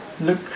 look